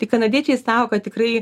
tai kanadiečiai sako kad tikrai